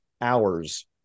hours